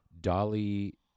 Dolly